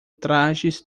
trajes